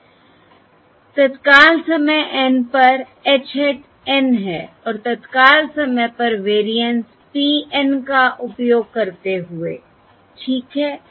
तत्काल समय N पर h hat N है और तत्काल समय पर वेरिएंस P N का उपयोग करते हुए ठीक है